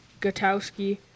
Gutowski